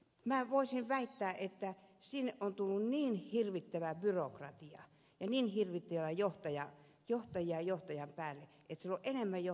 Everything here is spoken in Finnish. minä voisin väittää että sinne on tullut niin hirvittävä byrokratia ja niin hirvittävästi johtajia johtajan päälle että siellä on enemmän johtajia kuin lääkäreitä